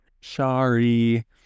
Sorry